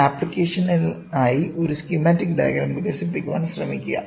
ഈ അപ്ലിക്കേഷനായി ഒരു സ്കീമാറ്റിക് ഡയഗ്രം വികസിപ്പിക്കാൻ ശ്രമിക്കുക